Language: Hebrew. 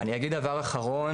אני אגיד דבר אחרון,